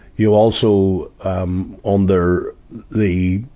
you also, um, under the,